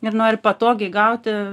ir nori patogiai gauti